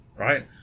Right